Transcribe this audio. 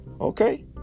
okay